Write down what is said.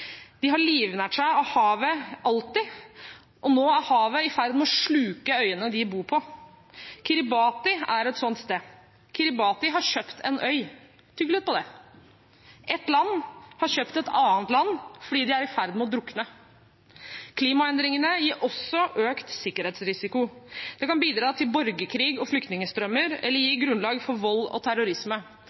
De har livnært seg av havet – alltid – og nå er havet i ferd med å sluke øyene de bor på. Kiribati er et slikt sted. Kiribati har kjøpt en øy. Tygg litt på det: Et land har kjøpt et annet land fordi de er i ferd med å drukne. Klimaendringene gir også økt sikkerhetsrisiko. De kan bidra til borgerkrig og flyktningstrømmer eller gi grunnlag for vold og terrorisme.